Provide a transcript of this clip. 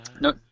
No